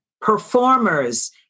performers